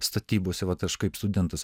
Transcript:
statybose vat aš kaip studentas